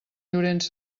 llorenç